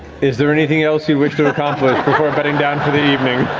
is there anything else you wish to accomplish before bedding down for the evening?